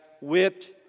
whipped